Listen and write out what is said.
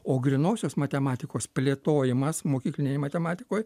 o grynosios matematikos plėtojimas mokyklinėj matematikoj